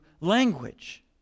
language